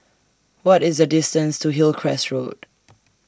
What IS The distance to Hillcrest Road